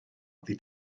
oddi